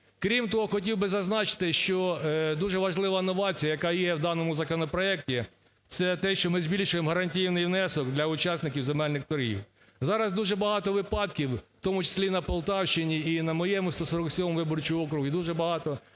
Крім того, хотів би зазначити, що дуже важлива новація, яка є в даному законопроекті, це те, що ми збільшуємо гарантійний внесок для учасників земельних торгів. Зараз дуже багато випадків, в тому числі на Полтавщині і на моєму 147 виборчому окрузі дуже багато сигналів,